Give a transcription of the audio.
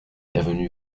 avenue